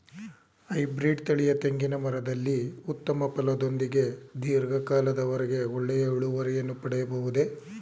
Hybrid ತಳಿಯ ತೆಂಗಿನ ಮರದಲ್ಲಿ ಉತ್ತಮ ಫಲದೊಂದಿಗೆ ಧೀರ್ಘ ಕಾಲದ ವರೆಗೆ ಒಳ್ಳೆಯ ಇಳುವರಿಯನ್ನು ಪಡೆಯಬಹುದೇ?